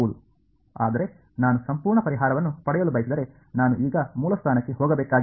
ಆದರೆ ನಾನು ಸಂಪೂರ್ಣ ಪರಿಹಾರವನ್ನು ಪಡೆಯಲು ಬಯಸಿದರೆ ನಾನು ಈಗ ಮೂಲಸ್ಥಾನಕ್ಕೆ ಹೋಗಬೇಕಾಗಿಲ್ಲ